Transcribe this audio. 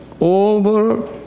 over